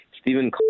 Stephen